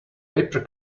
paper